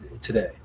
today